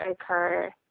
occur